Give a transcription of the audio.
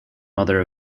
mother